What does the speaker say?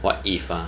what if ah